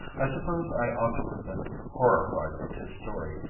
i suppose i ought to have been horrified with his story,